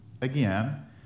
again